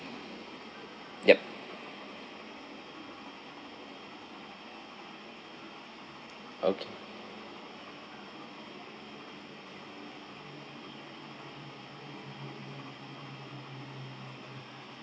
yup okay